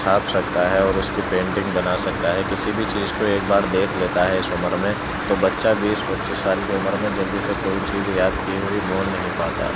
چھاپ سکتا ہے اور اس کی پینٹنگ بنا سکتا ہے کسی بھی چیز کو ایک بار دیکھ لیتا ہے اس عمر میں تو بچہ بیس پچیس سال کی عمر میں جلدی سے کوئی چیز یاد کی ہوئی بھول نہیں پاتا